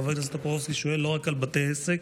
חבר הכנסת טופורובסקי שואל לא רק על בתי עסק,